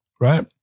Right